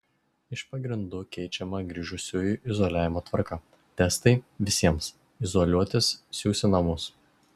iš pagrindų keičiama grįžusiųjų izoliavimo tvarką testai visiems izoliuotis siųs į namus